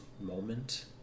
moment